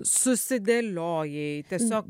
susidėliojai tiesiog